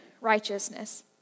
righteousness